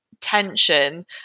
tension